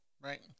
right